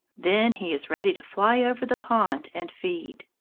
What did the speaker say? then he is ready to fly over the pond and feed.